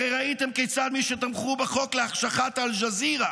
הרי ראיתם כיצד מי שתמכו בחוק להחשכת אל-ג'זירה